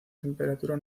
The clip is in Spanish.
temperatura